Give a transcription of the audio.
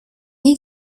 you